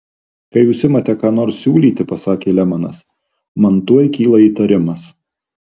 kai jūs imate ką nors siūlyti pasakė lemanas man tuoj kyla įtarimas